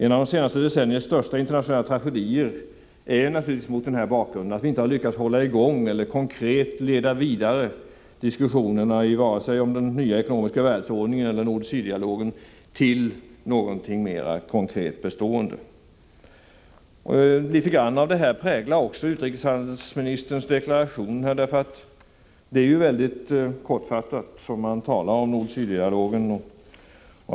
En av de senaste decenniernas största internationella tragedier är mot denna bakgrund att vi inte har lyckats hålla i gång diskussionen om den nya ekonomiska världsordningen samt nord-syd-dialogen och därav kunnat åstadkomma någonting mer konkret bestående. Litet av detta präglar även utrikeshandelsministerns deklaration. Han talar väldigt kortfattat om nord-syd-dialogen.